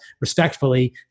respectfully